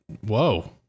Whoa